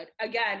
Again